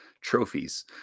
Trophies